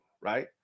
right